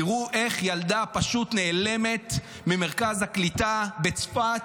תראו איך ילדה פשוט נעלמת ממרכז הקליטה בצפת,